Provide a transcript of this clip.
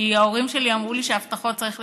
כי ההורים שלי אמרו לי שהבטחות צריך לקיים.